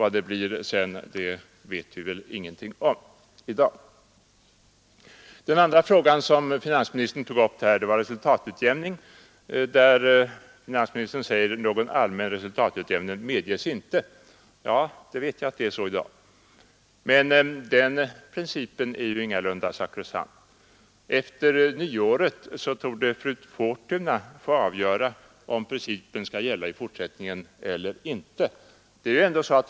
Vad det sedan blir vet vi ingenting om i dag. Den andra frågan som finansministern tog upp här var resultatutjämningen, där finansministern säger: ”Någon allmän resultatutjämning medges inte.” Jag vet att det är så i dag, men den principen är ingalunda sakrosankt. Efter nyåret torde fru Fortuna få avgöra, om principen skall gälla i fortsättningen eller inte.